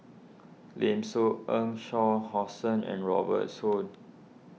Lim Soo Ngee Shah Hussain and Robert Soon